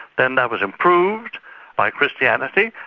then that was improved by christianity,